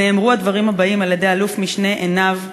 נאמרו הדברים הבאים על-ידי אלוף-משנה עינב שלו,